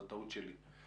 זו טעות שלי.